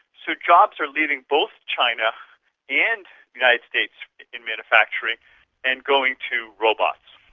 so jobs are leaving both china and the united states in manufacturing and going to robots.